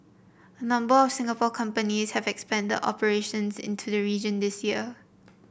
a number of Singapore companies have expanded operations into the region this year